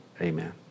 amen